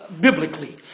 biblically